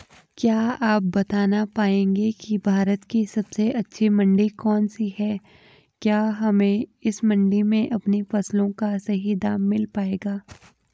क्या आप बताना पाएंगे कि भारत की सबसे अच्छी मंडी कौन सी है क्या हमें इस मंडी में अपनी फसलों का सही दाम मिल पायेगा?